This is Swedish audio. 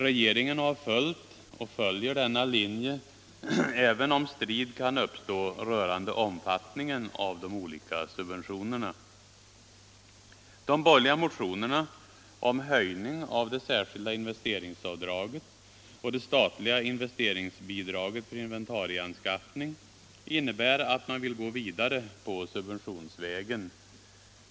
Regeringen har följt och följer denna linje, även om strid kan uppstå rörande omfattningen av de olika subventionerna. De borgerliga motionerna om höjning av det särskilda investeringsavdraget och det statliga investeringsbidraget för inventarieanskaffning innebär att man vill gå vidare på subventionsvägen.